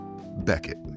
Beckett